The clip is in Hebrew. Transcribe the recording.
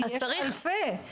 כי יש אלפי נשים